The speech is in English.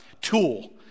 tool